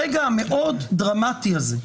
ברגע המאוד דרמטי הזה,